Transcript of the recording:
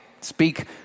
speak